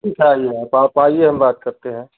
ठीक है आइए आप आप आइए हम बात करते हैं आइए